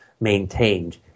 maintained